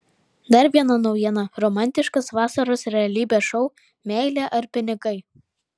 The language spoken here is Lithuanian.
dar viena naujiena romantiškas vasaros realybės šou meilė ar pinigai